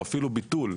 או אפילו ביטול,